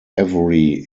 every